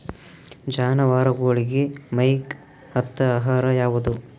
ಜಾನವಾರಗೊಳಿಗಿ ಮೈಗ್ ಹತ್ತ ಆಹಾರ ಯಾವುದು?